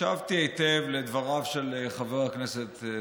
הקשבתי היטב לדבריו של חבר הכנסת דיכטר,